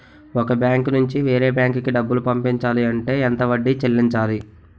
ఒక బ్యాంక్ నుంచి వేరే బ్యాంక్ కి డబ్బులు పంపించాలి అంటే ఎంత వడ్డీ చెల్లించాలి?